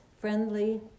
friendly